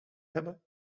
hebben